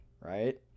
Right